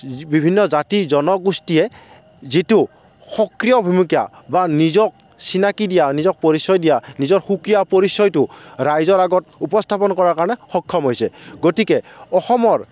বিভিন্ন জাতি জনগোষ্ঠীয়ে যিটো সক্ৰিয় ভূমিকা বা নিজক চিনাকি দিয়া নিজক পৰিচয় দিয়া নিজৰ সুকীয়া পৰিচয়টো ৰাইজৰ আগত উপস্থাপন কৰাৰ কাৰণে সক্ষম হৈছে গতিকে অসমৰ